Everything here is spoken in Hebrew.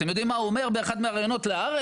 אתם יודעים מה הוא אומר באחד הראיונות ל"הארץ"?